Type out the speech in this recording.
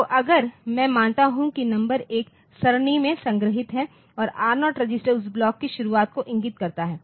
तो अगर मैं मानता हूँ कि नंबर एक सरणी में संग्रहीत हैं और R0 रजिस्टर उस ब्लॉक की शुरुआत को इंगित करता है